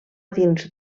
dins